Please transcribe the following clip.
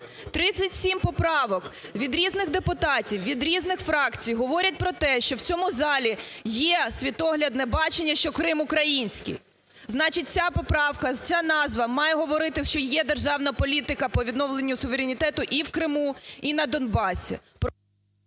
37 поправок від різних депутатів, від різних фракцій говорять про те, що в цьому залі є світоглядне бачення, що Крим український. Значить ця поправка, ця назва має говорити, що є державна політика по відновленню суверенітету і в Криму, і на Донбасі…